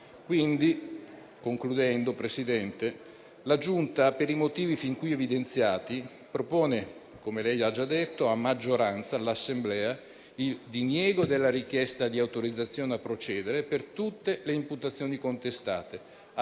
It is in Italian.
conclusione, signor Presidente, la Giunta, per i motivi fin qui evidenziati, propone - come lei ha già detto - a maggioranza all'Assemblea il diniego della richiesta di autorizzazione a procedere per tutte le imputazioni contestate,